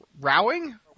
Rowing